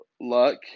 luck